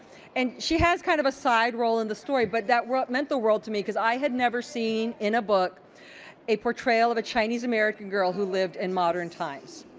and she has kind of a side role in the story, but that meant the world to me because i had never seen in a book a portrayal of a chinese american girl who lived in modern times.